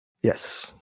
Yes